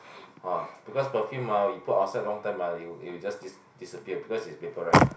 uh because perfume ah you put outside long time ah it'll it'll just dis~ disappear because it's vaporise ah